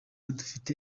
dufite